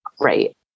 Right